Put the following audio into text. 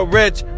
rich